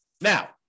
Now